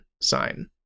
sign